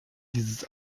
dieses